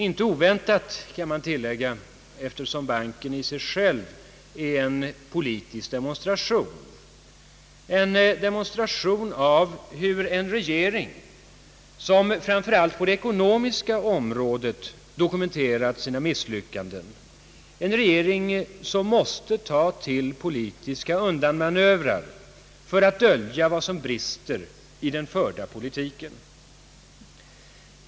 Inte oväntat, kan man tillägga, eftersom banken i sig själv är en politisk demonstration av en regering, som framför allt på det ekonomiska området dokumenterat sina misslyckanden och som måste ta till politiska undanmanövrer för att dölja vad som brister i den förda politiken.